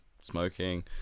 smoking